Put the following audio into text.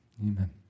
Amen